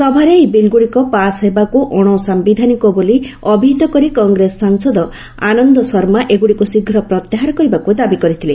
ସଭାରେ ଏହି ବିଲ୍ଗୁଡ଼ିକ ପାସ୍ ହେବାକୁ ଅଣସାୟିଧାନିକ ବୋଲି ଅଭିହିତ କରି କଂଗ୍ରେସ ସାଂସଦ ଆନନ୍ଦ ଶର୍ମା ଏଗୁଡ଼ିକୁ ଶୀଘ୍ର ପ୍ରତ୍ୟାହାର କରିବାକୁ ଦାବି କରିଥିଲେ